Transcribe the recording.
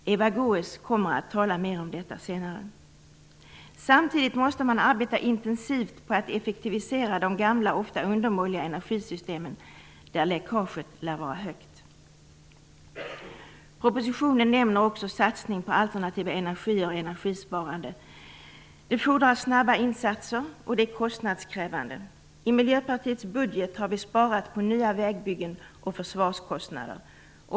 Eva Goës kommer att tala mer om detta senare. Samtidigt måste man arbeta intensivt på att effektivisera de gamla, ofta undermåliga energisystemen, där läckaget lär vara högt. Propositionen nämner också satsning på alternativ energi och energisparande. Det fordras snabba insatser, och det är kostnadskrävande. I Miljöpartiets budget har vi sparat på nya vägbyggen och försvarskostnader.